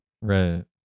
Right